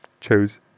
choose